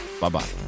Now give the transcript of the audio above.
bye-bye